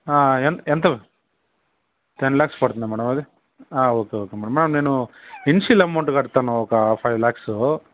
ఆ ఎంత ఎంత టెన్ లాక్స్ పడుతుందా మేడం అది ఆ ఓకే ఓకే మేడం ఆ నేను ఇనీషియల్ అమౌంట్ కడతాను ఒక ఫైవ్ లాక్స్